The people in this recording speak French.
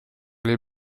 les